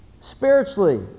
spiritually